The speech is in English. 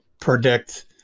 predict